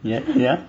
ya ya